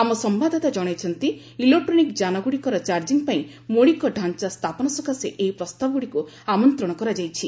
ଆମ ସମ୍ବାଦଦାତା ଜଣାଇଛନ୍ତି ଇଲେକ୍ଟ୍ରୋନିକ୍ ଯାନଗୁଡ଼ିକର ଚାର୍କିଂ ପାଇଁ ମୌଳିକ ଡ଼ାଞ୍ଚା ସ୍ଥାପନ ସକାଶେ ଏହି ପ୍ରସ୍ତାବଗୁଡ଼ିକୁ ଆମନ୍ତ୍ରଣ କରାଯାଇଛି